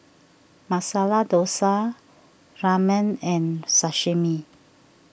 Masala Dosa Ramen and Sashimi